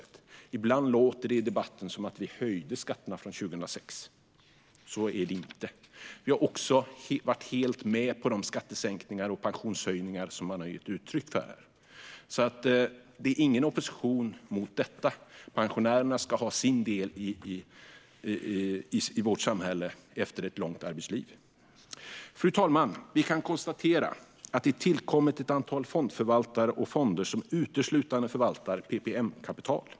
Ibland låter det i debatten som att vi höjde skatterna från 2006. Så är det inte. Vi har också varit helt med på de skattesänkningar och pensionshöjningar som man har gett uttryck för. Det finns alltså ingen opposition mot detta. Pensionärerna ska ha sin del i vårt samhälle efter ett långt arbetsliv. Fru talman! Vi kan konstatera att det tillkommit ett antal fondförvaltare och fonder som uteslutande förvaltar PPM-kapital.